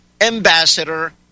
ambassador